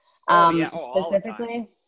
specifically